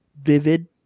vivid